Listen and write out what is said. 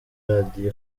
radiyo